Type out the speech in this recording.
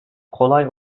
kolay